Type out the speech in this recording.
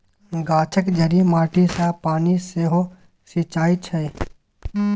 गाछक जड़ि माटी सँ पानि सेहो खीचई छै